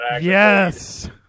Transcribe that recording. Yes